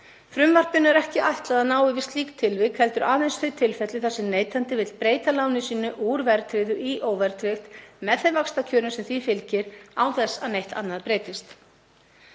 Frumvarpinu er ekki ætlað að ná yfir slík tilvik heldur aðeins þau tilfelli þar sem neytandi vill breyta láninu sínu úr verðtryggðu í óverðtryggt með þeim vaxtakjörum sem því fylgir án þess að neitt annað breytist.